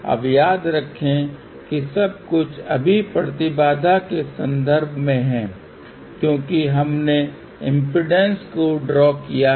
अब याद रखें कि सब कुछ अभी प्रतिबाधा के संदर्भ में है क्योंकि हमने इम्पीडेन्स को ड्रा किया है